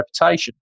reputation